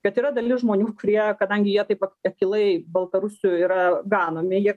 kad yra dalis žmonių kurie kadangi jie taip akylai baltarusių yra ganomi jie